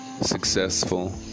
successful